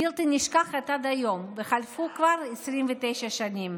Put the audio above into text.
היא בלתי נשכחת עד היום, וחלפו כבר 29 שנים.